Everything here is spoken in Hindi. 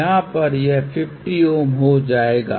यहाँ पर यह 50Ω हो जायेगा